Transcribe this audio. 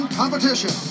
competition